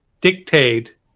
dictate